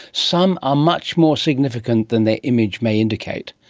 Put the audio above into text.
some are much more significant than their image may indicate.